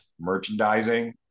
Merchandising